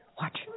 Watch